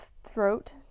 throat